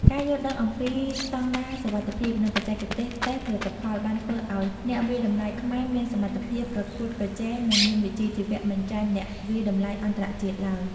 ការយល់ដឹងអំពីស្តង់ដារសុវត្ថិភាព និងបច្ចេកទេសតេស្តផលិតផល បានធ្វើឱ្យអ្នកវាយតម្លៃខ្មែរមានសមត្ថភាពប្រកួតប្រជែង និងមានវិជ្ជាជីវៈមិនចាញ់អ្នកវាយតម្លៃអន្តរជាតិឡើយ។